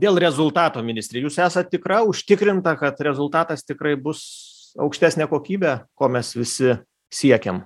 dėl rezultato ministre jūs esat tikra užtikrinta kad rezultatas tikrai bus aukštesnė kokybė ko mes visi siekiam